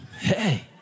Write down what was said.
Hey